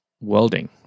welding